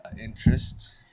interest